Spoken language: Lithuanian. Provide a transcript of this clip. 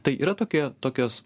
tai yra tokie tokios